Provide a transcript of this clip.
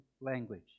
language